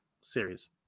series